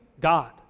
God